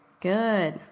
Good